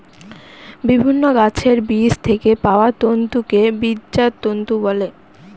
বিভিন্ন গাছের বীজ থেকে পাওয়া তন্তুকে বীজজাত তন্তু বলে